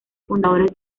fundadores